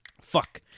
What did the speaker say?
fuck